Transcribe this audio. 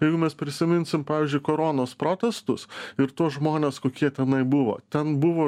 jeigu mes prisiminsim pavyzdžiui koronos protestus ir tuos žmones kokie tenai buvo ten buvo